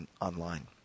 online